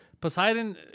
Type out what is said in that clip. Poseidon